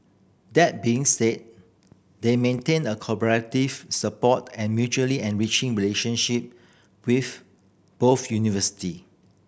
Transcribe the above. that being said they maintain a collaborative support and mutually enriching relationship with both university